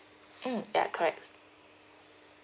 mm ya correct